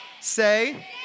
Say